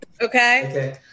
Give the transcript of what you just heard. okay